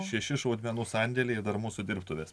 šeši šaudmenų sandėlyje dar mūsų dirbtuvės